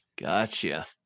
Gotcha